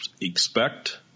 expect